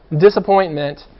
disappointment